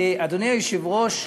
אדוני היושב-ראש,